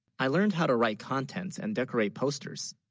i learned how, to write contents and decorate posters